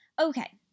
Okay